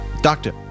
doctor